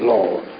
Lord